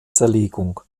zerlegung